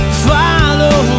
follow